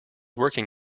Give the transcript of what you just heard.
working